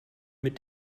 mit